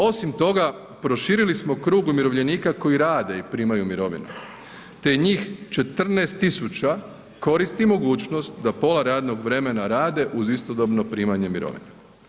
Osim toga, proširili smo krug umirovljenika koji rade i primaju mirovine te njih 14 000 koristi mogućnost da pola radnog vremena rade uz istodobno primanje mirovine.